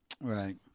Right